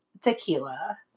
tequila